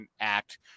Act